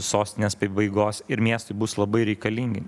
sostinės pabaigos ir miestui bus labai reikalingi